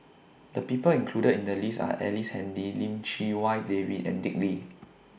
The People included in The list Are Ellice Handy Lim Chee Wai David and Dick Lee